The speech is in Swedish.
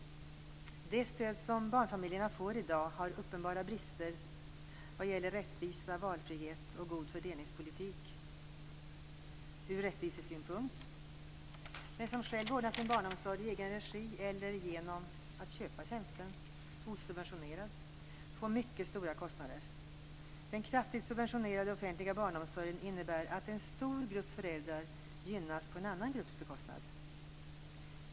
Det stöd som barnfamiljerna får i dag har uppenbara brister vad gäller rättvisa, valfrihet och god fördelningspolitik. Ur rättvisesynpunkt kan man konstatera att den som själv ordnar sin barnomsorg i egen regi eller genom att köpa tjänsten osubventionerat får mycket stora kostnader. Den kraftigt subventionerade offentliga barnomsorgen innebär att en stor grupp föräldrar gynnas på en annan grupps bekostnad.